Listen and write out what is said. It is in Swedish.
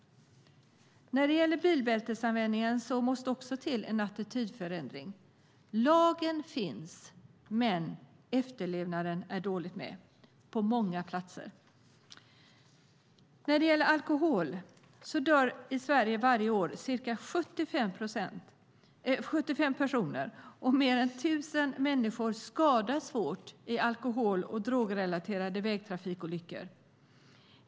När det gäller bilbältesanvändningen måste det också till en attitydförändring. Lagen finns, men efterlevnaden är det dåligt med på många platser. I Sverige dör varje år ca 75 personer i alkohol och drogrelaterade vägtrafikolyckor, och mer än 1 000 människor skadas svårt.